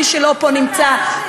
מי שלא נמצא פה,